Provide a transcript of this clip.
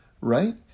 right